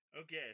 Okay